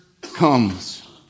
comes